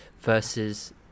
versus